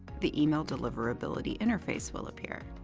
the email deliverability interface will appear.